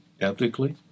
ethically